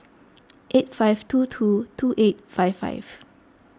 eight five two two two eight five five